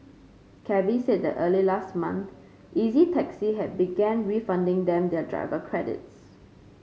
Cabbies said that early last month Easy Taxi had began refunding them their driver credits